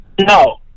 No